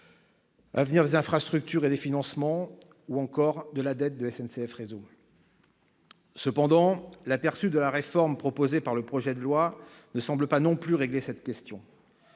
; avenir des infrastructures et des financements, ou encore de la dette de SNCF Réseau. Cependant, l'aperçu de la réforme proposée par le projet de loi ne semble pas non plus régler cette question.